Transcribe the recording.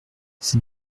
ses